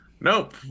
nope